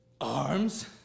arms